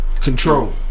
Control